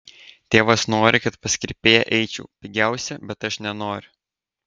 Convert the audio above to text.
tėvas nori kad pas kirpėją eičiau pigiausia bet aš nenoriu